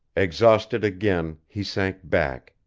exhausted again, he sank back,